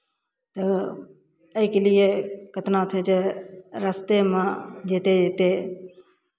तऽ एहिके लिए केतना छै जे रस्तेमे जयतै अयतै